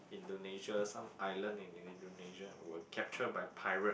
Indonesia some island in Indonesia were captured by pirate